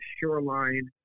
Shoreline